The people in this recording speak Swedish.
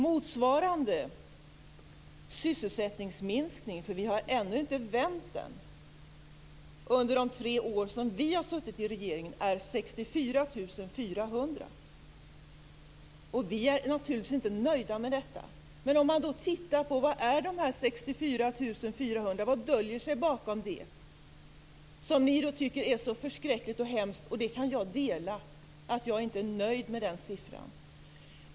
Motsvarande sysselsättningsminskning - för vi har ännu inte vänt den - under de tre år som vi har suttit i regeringen är 64 400. Vi är naturligtvis inte nöjda med detta. Vad är det då som döljer sig bakom den här siffran 64 400 som ni tycker är så förskräcklig och hemsk? Och detta kan jag dela: Jag är inte nöjd med den siffran.